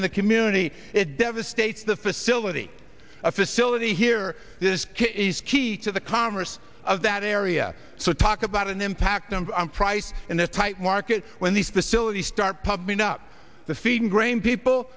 in the community it devastates the facility a facility here this is key to the commerce of that area so talk about an impact on price in a tight market when these facilities start pumping up the feeding grain people